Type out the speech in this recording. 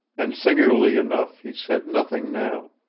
and singularly enough he said nothing now,